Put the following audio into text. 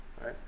right